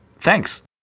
Thanks